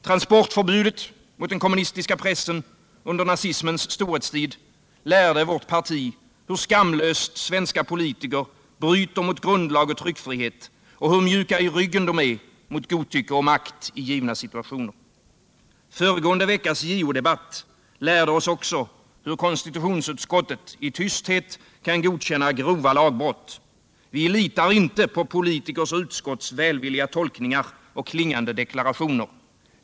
Transportförbudet mot den kommunistiska pressen under nazismens storhetstid lärde vårt parti hur skamlöst svenska politiker bryter mot grundlag och tryckfrihet och hur mjuka i ryggen de är mot godtycke och makt i givna situationer. Föregående JO-debatt lärde oss också hur konstitutionsutskottet i tysthet kan godkänna grova lagbrott. Vi litar inte på politikers och utskotts välvilliga tolkningar och klingande deklarationer.